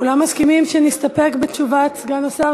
כולם מסכימים שנסתפק בתשובת סגן השר?